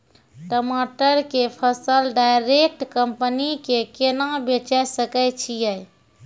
टमाटर के फसल डायरेक्ट कंपनी के केना बेचे सकय छियै?